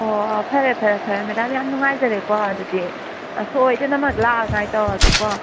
ꯑꯣ ꯐꯔꯦ ꯐꯔꯦ ꯐꯔꯦ ꯃꯦꯗꯥꯝ ꯌꯥꯝ ꯅꯨꯡꯉꯥꯏꯖꯔꯦꯀꯣ ꯑꯗꯨꯗꯤ ꯁꯣꯏꯗꯅꯃꯛ ꯂꯥꯛꯅꯉꯥꯏ ꯇꯧꯔꯒꯦꯀꯣ